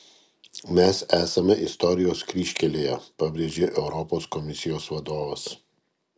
mes esame istorijos kryžkelėje pabrėžė europos komisijos vadovas